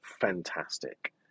fantastic